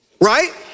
right